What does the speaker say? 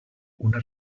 una